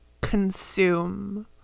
consume